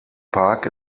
park